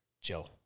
Joe